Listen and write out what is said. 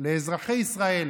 לאזרחי ישראל